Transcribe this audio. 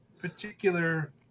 particular